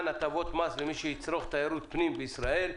הטבות מס למי שיצרוך תיירות פנים בישראל.